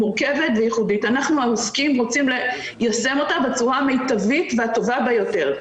אנחנו העוסקים רוצים ליישם אותה בצורה המיטבית והטובה ביותר.